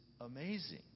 amazing